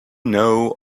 know